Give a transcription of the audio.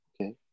Okay